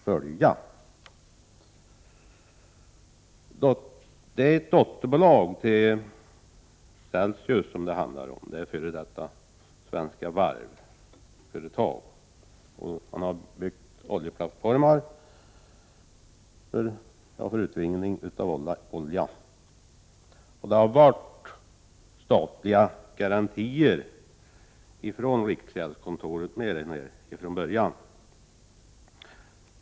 Götaverken Arendal — som är ett dotterbolag till Celsius Industrier AB, ett f.d. Svenska Varv-företag — har byggt plattformar för oljeutvinning. Beställarna har erhållit statliga kreditgarantier från riksgäldskontoret.